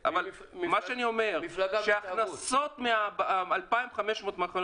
מה שאני אומר שההכנסות מ-2,500 מכוני